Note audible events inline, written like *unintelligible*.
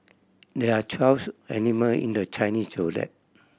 there are twelve *unintelligible* animal in the Chinese Zodiac